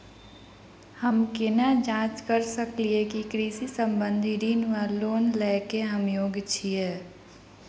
हम केना जाँच करऽ सकलिये की कृषि संबंधी ऋण वा लोन लय केँ हम योग्य छीयै?